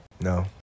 No